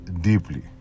deeply